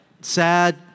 sad